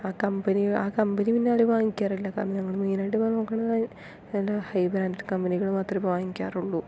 ആ കമ്പനി ആ കമ്പനി പിന്നെ ആരും വാങ്ങിക്കാറില്ല കാരണം ഞങ്ങൾ മെയിൻ ആയിട്ട് ഇപ്പോൾ നോക്കണത് എന്താ ഈ ബ്രാൻഡഡ് കമ്പനികൾ മാത്രമേ വാങ്ങിക്കാറുള്ളൂ